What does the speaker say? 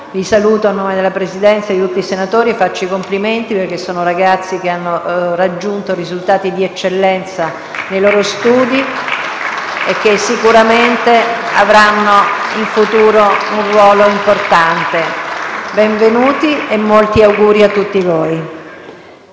Li saluto a nome della Presidenza e di tutti i senatori e faccio loro i complimenti perché sono ragazzi che hanno raggiunto risultati di eccellenza nei loro studi e che sicuramente avranno un ruolo importante in futuro. Benvenuti in Senato e molti auguri a tutti voi.